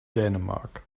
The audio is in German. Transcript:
dänemark